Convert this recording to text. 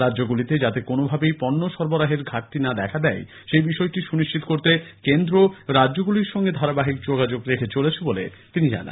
রাজ্যগুলিতে যাতে কোনভাবেই পণ্য সরবরাহের ঘাটতি না দেখা দেয় সেই বিষয়টি সুনিশ্চিত করতে কেন্দ্র রাজ্যগুলির সঙ্গে ধারাবাহিক যোগাযোগ রেখে চলেছে বলে তিনি জানান